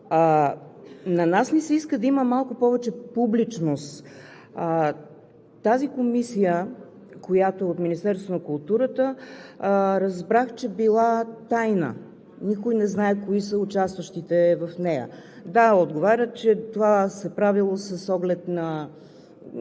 на нас ни се иска да има малко повече публичност. Тази комисия, която е от Министерството на културата, разбрах, че била тайна – никой не знае кои са участващите в нея. Да, отговарят, че това се правело с оглед да